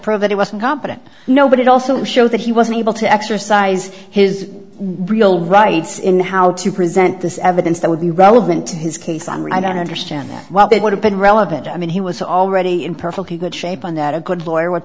prove that it was incompetent no but it also showed that he wasn't able to exercise his real rights in how to present this evidence that would be relevant to his case henri i don't understand that while they would have been relevant i mean he was already in perfectly good shape on that a good lawyer would